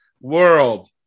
World